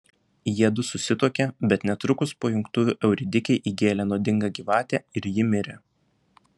jiedu susituokė bet netrukus po jungtuvių euridikei įgėlė nuodinga gyvatė ir ji mirė